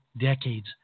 decades